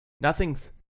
Nothing's